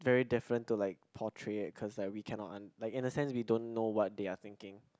very different to like portray it cause we cannot un~ like in a sense we don't know what they are thinking